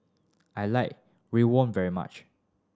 I like riwon very much